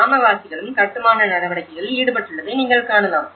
கிராமவாசிகளும் கட்டுமான நடவடிக்கைகளில் ஈடுபட்டுள்ளதை நீங்கள் காணலாம்